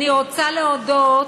אני רוצה להודות